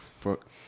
Fuck